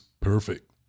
perfect